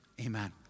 Amen